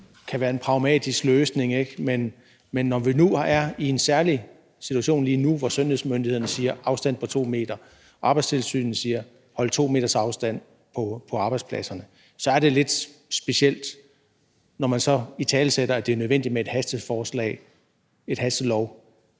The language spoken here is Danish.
der kan være en pragmatisk løsning. Men når vi lige nu er i en særlig situation, hvor sundhedsmyndighederne siger, at der skal være afstand på 2 meter, og hvor Arbejdstilsynet siger, at man skal holde 2 meters afstand på arbejdspladserne, så er det lidt specielt, at man så italesætter, at det er nødvendigt med et hasteforslag, en hastelov,